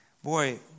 Boy